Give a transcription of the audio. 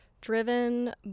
driven